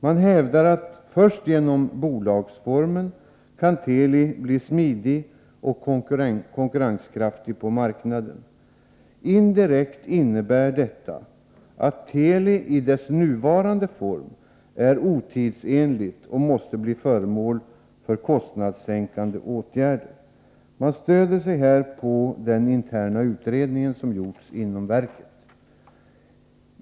Man hävdar att först genom bolagsformen kan Teli bli smidigt och konkurrenskraftigt på marknaden. Indirekt innebär detta att Teli i dess nuvarande form är otidsenligt och måste bli föremål för kostnadssänkande åtgärder. Man stöder sig här på den interna utredning som gjorts inom verket.